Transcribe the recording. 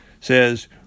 says